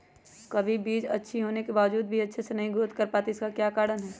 कभी बीज अच्छी होने के बावजूद भी अच्छे से नहीं ग्रोथ कर पाती इसका क्या कारण है?